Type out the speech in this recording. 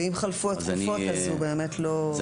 ואם חלפו התקופות אז הוא באמת לא ---.